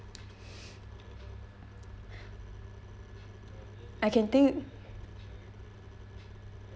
I can think